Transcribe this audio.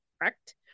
correct